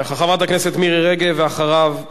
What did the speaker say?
חברת הכנסת מירי רגב, ואחריה,